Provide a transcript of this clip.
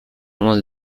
moins